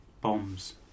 bombs